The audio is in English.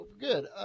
Good